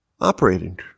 operating